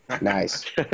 Nice